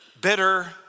bitter